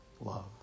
love